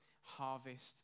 harvest